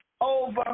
over